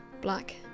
black